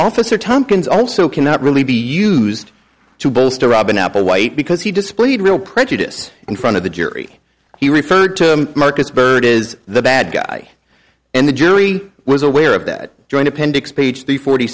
officer tomkins also cannot really be used to bolster robin applewhite because he displayed real prejudice in front of the jury he referred to marcus byrd is the bad guy and the jury was aware of that joint appendix speech the forty